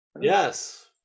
Yes